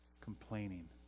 complaining